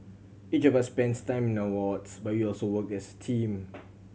each of us spends time in our wards but you also work as a team